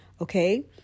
Okay